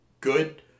good